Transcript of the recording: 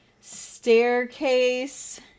staircase